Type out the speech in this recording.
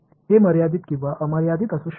हे मर्यादित किंवा अमर्यादित असू शकते